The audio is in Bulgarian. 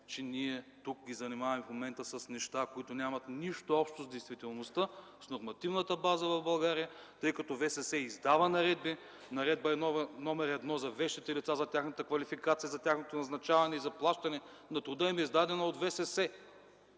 че ние тук ги занимаваме в момента с неща, които нямат нищо общо с действителността, с нормативната база в България, тъй като ВСС издава наредби – Наредба № 1 за вещите лица, за тяхната квалификация, за тяхното назначаване и заплащане на труда им, е издадена от ВСС.